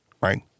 right